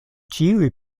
ĉiuj